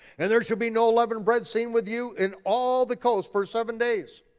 and there shall be no leavened bread seen with you in all the coast for seven days.